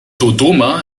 dodoma